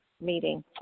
meeting